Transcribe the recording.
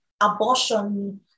abortion